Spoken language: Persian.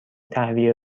تهویه